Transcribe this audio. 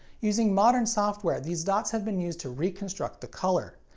using modern software, these dots have been used to reconstruct the color.